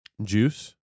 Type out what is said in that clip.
Juice